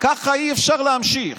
ככה אי-אפשר להמשיך.